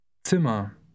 Zimmer